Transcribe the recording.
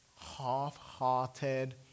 half-hearted